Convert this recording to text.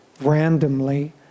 randomly